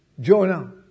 Jonah